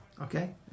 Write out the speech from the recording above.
Okay